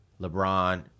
LeBron